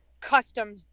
custom